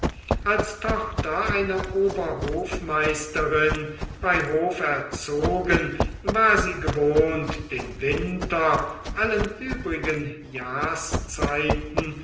als tochter einer oberhofmeisterin bei hof erzogen war sie gewohnt den winter allen übrigen jahrszeiten